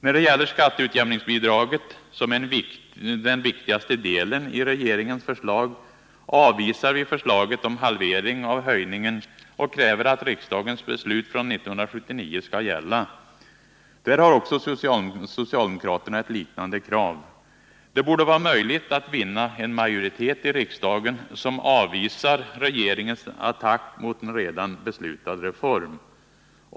När det gäller skatteutjämningsbidraget, som är den viktigaste delen i regeringens förslag, avvisar vi förslaget om halvering av höjningen och kräver att riksdagens beslut från 1979 skall gälla. Där har också socialdemokraterna ett liknande krav. Det borde vara möjligt att vinna en majoritet i riksdagen, som avvisar regeringens attack mot en redan beslutad reform.